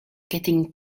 getting